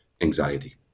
anxiety